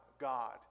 God